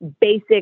basic